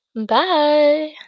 Bye